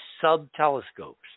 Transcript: sub-telescopes